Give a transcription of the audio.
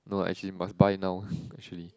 no lah actually must buy now actually